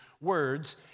words